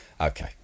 Okay